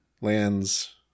lands